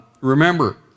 Remember